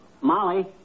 Molly